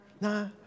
nah